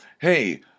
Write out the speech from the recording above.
Hey